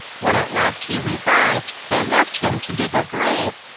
when at last he revived, they left him to dig a grave,